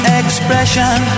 expression